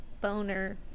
Boner